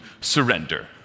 surrender